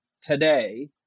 today